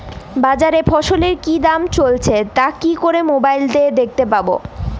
বাজারে ফসলের কি দাম চলছে তা কি করে মোবাইলে দেখতে পাবো?